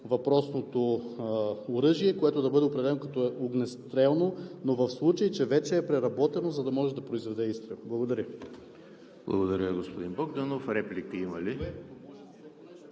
съответния закон, което да бъде определено като огнестрелно, но в случай че вече е преработено, за да може да произведе изстрел. Благодаря.